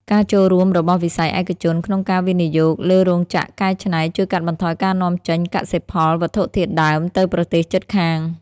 ការចូលរួមរបស់វិស័យឯកជនក្នុងការវិនិយោគលើរោងចក្រកែច្នៃ ជួយកាត់បន្ថយការនាំចេញកសិផលវត្ថុធាតុដើមទៅប្រទេសជិតខាង។